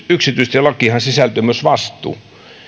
yksityistielakiinhan sisältyy myös vastuu